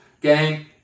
Gang